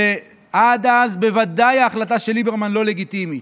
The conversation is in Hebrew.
עד אז ההחלטה של ליברמן בוודאי לא לגיטימית.